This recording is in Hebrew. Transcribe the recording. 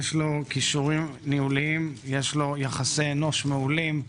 יש לו כישורים ניהוליים, יש לו יחסי אנוש מעולים,